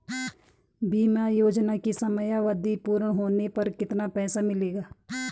बीमा योजना की समयावधि पूर्ण होने पर कितना पैसा मिलेगा?